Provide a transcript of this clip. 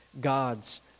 God's